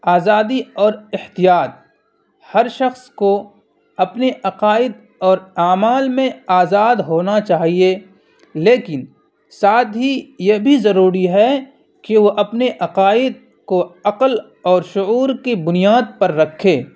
آزادی اور احتیاط ہر شخص کو اپنے عقائد اور اعمال میں آزاد ہونا چاہیے لیکن ساتھ ہی یہ بھی ضروری ہے کہ وہ اپنے عقائد کو عقل اور شعور کی بنیاد پر رکھے